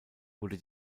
wurde